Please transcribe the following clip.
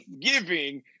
giving